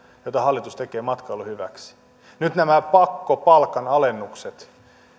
joita hallitus tekee matkailun hyväksi nyt nämä pakkopalkanalennukset